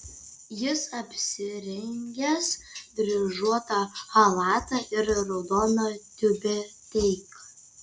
jis apsirengęs dryžuotą chalatą ir raudoną tiubeteiką